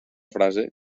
frase